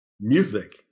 music